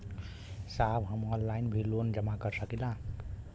साहब हम ऑनलाइन भी लोन जमा कर सकीला?